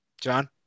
John